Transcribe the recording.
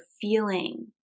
feeling